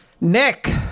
Nick